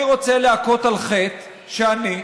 אני רוצה להכות על חטא שאני,